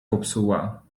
popsuła